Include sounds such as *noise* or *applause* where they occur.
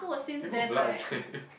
they put blood inside *laughs*